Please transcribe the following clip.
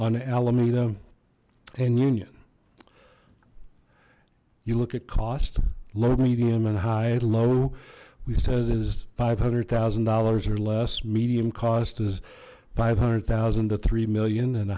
on alameda and union you look at cost low medium and high low we said is five hundred thousand dollars or less medium cost is five hundred thousand to three million and a